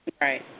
Right